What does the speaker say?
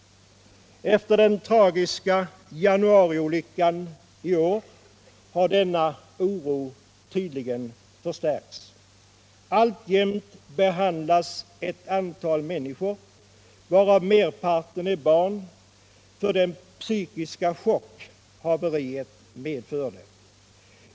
Efter den tragiska januariolyckan i år har denna oro tydligen förstärkts. Alltjämt behandlas ett antal människor — varav merparten är barn — för den psykiska chock haveriet medförde.